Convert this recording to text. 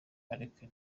areka